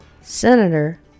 Senator